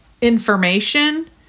information